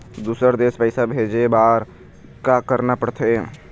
दुसर देश पैसा भेजे बार का करना पड़ते?